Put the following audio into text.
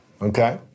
okay